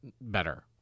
better